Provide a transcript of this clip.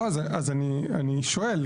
לא, אז אני שואל.